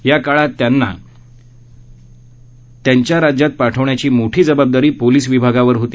या काळात त्यांना त्यांच्या राज्यात पाठवण्याची मोठी जबाबदारी पोलीस विभागावर होती